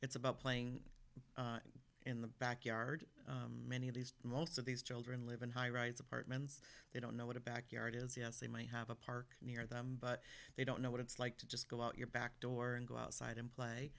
it's about playing in the backyard many of these most of these children live in high rise apartments they don't know what a backyard is yes they might have a park near them but they don't know what it's like to just go out your back door and go outside and play